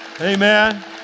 Amen